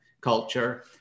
culture